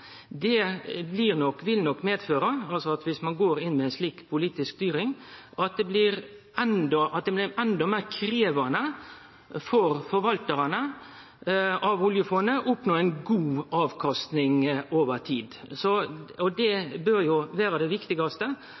styring, blir det endå meir krevjande for forvaltarane av oljefondet å oppnå god avkasting over tid. Det bør vere det viktigaste,